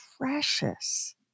precious